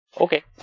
Okay